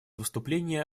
выступление